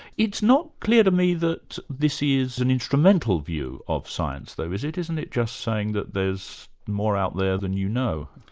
it's not clear to me that this is an instrumental view of science though, is it? isn't it just saying that there's more out there than you know?